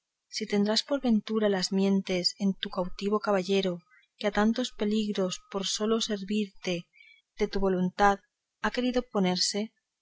si tendrás por ventura las mientes en tu cautivo caballero que a tantos peligros por sólo servirte de su voluntad ha querido ponerse